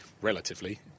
relatively